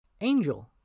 Angel